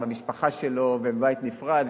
עם המשפחה שלו בבית נפרד,